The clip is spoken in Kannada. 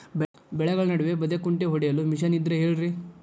ಬೆಳೆಗಳ ನಡುವೆ ಬದೆಕುಂಟೆ ಹೊಡೆಯಲು ಮಿಷನ್ ಇದ್ದರೆ ಹೇಳಿರಿ